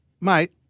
mate